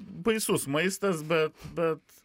baisus maistas bet bet